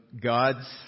God's